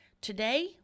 Today